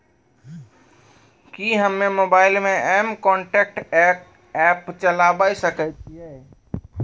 कि हम्मे मोबाइल मे एम कनेक्ट एप्प चलाबय सकै छियै?